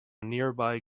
nearby